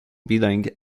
bilingues